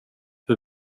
för